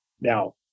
Now